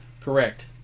Correct